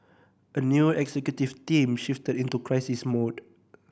a new executive team shifted into crisis mode